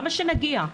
למה שנגיע?